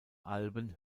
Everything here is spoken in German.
alben